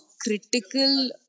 critical